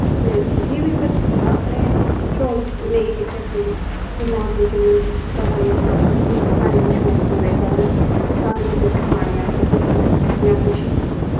ते असें बी फिर अपने शौक नेंई कीत्ते पूरे कि मां प्यो च इन्नी कमाई दी ताकत नी ही कि साढ़े इन्ने शौक पूरे करन स्हानू कुतै सखाने आस्तै भेज्जन जां किश